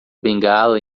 bengala